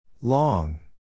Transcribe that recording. long